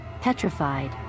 petrified